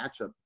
matchup